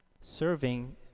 serving